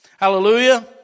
Hallelujah